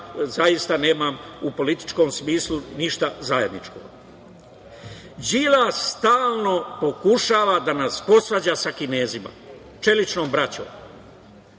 zaista nemam u političkom smislu ništa zajedničko, istinu rekao. Đilas stalno pokušava da nas posvađa sa Kinezima, čeličnom braćom.